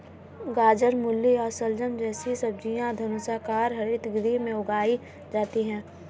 गाजर, मूली और शलजम जैसी सब्जियां धनुषाकार हरित गृह में उगाई जाती हैं